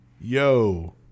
Yo